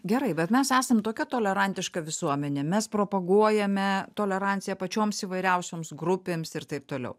gerai bet mes esam tokia tolerantiška visuomenė mes propaguojame toleranciją pačioms įvairiausioms grupėms ir taip toliau